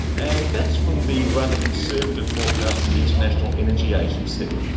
and that's from the rather conservative forecast from the international energy agency.